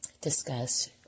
discuss